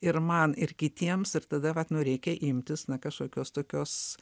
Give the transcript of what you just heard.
ir man ir kitiems ir tada vat nu reikia imtis na kažkokios tokios